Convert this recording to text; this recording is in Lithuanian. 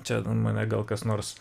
čia mane gal kas nors